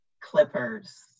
Clippers